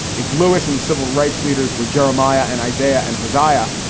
if lewis and the civil rights leaders were jeremiah and isaiah and josiah,